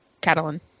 Catalan